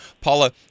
Paula